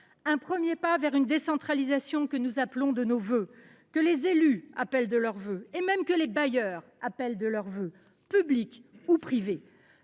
Un premier pas vers une décentralisation que nous appelons de nos vœux, que les élus appellent de leurs vœux et que les bailleurs eux mêmes, publics ou privés,